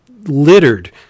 littered